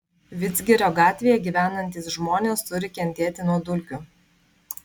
vidzgirio gatvėje gyvenantys žmonės turi kentėti nuo dulkių